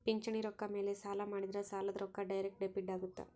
ಪಿಂಚಣಿ ರೊಕ್ಕ ಮೇಲೆ ಸಾಲ ಮಾಡಿದ್ರಾ ಸಾಲದ ರೊಕ್ಕ ಡೈರೆಕ್ಟ್ ಡೆಬಿಟ್ ಅಗುತ್ತ